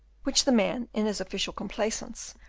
which the man, in his official complaisance,